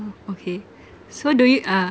oh okay so do you uh